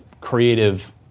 creative